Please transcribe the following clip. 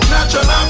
Natural